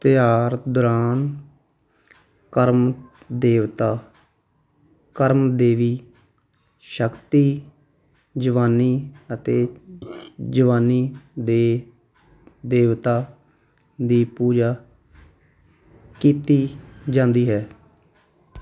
ਤਿਉਹਾਰ ਦੌਰਾਨ ਕਰਮ ਦੇਵਤਾ ਕਰਮ ਦੇਵੀ ਸ਼ਕਤੀ ਜਵਾਨੀ ਅਤੇ ਜਵਾਨੀ ਦੇ ਦੇਵਤਾ ਦੀ ਪੂਜਾ ਕੀਤੀ ਜਾਂਦੀ ਹੈ